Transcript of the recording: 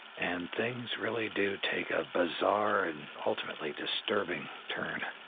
and things really do take a bizarre and ultimately disturbing turn.